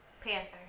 Panther